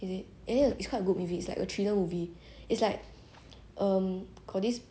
got this err this like black man he went to this he went to meet